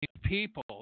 people